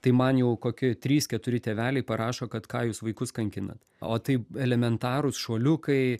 tai man jau kokie trys keturi tėveliai parašo kad ką jūs vaikus kankinat o tai elementarūs šuoliukai